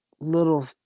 little